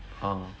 (uh huh)